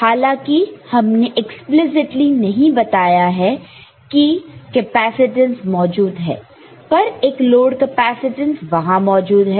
हालांकि हमने एक्सप्लीसिटली नहीं बताया है कि कैपेसिटेंस मौजूद है पर एक लोड कैपेसिटेंस वहां मौजूद है